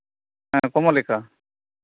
ᱦᱮᱸ ᱠᱚᱢᱚᱞᱤᱠᱟ